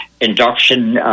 induction